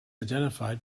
identified